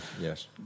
Yes